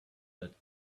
that